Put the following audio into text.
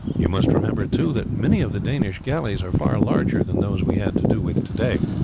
you must remember, too, that many of the danish galleys are far larger than those we had to do with to-day.